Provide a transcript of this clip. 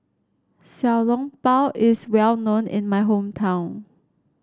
Xiao Long Bao is well known in my hometown